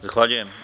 Zahvaljujem.